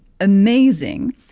amazing